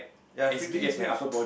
you're freaking huge